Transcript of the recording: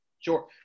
Sure